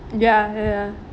ya ya ya